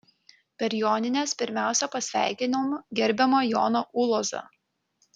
per jonines pirmiausia pasveikinom gerbiamą joną ulozą